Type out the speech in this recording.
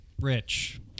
rich